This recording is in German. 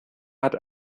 hat